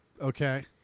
Okay